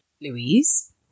Louise